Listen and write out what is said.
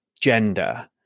Gender